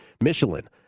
Michelin